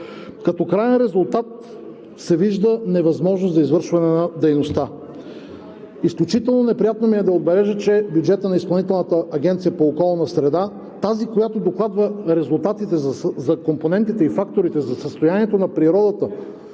Като краен резултат се вижда невъзможност за извършване на дейността. Изключително неприятно ми е да отбележа, че бюджетът на Изпълнителната агенция по околна среда – тази, която докладва резултатите за компонентите и факторите за състоянието на природата